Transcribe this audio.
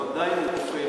הוא עדיין רופא.